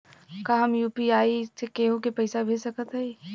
का हम यू.पी.आई से केहू के पैसा भेज सकत हई?